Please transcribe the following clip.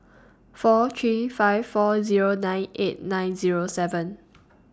four three five four Zero nine eight nine Zero seven